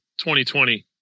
2020